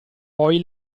poi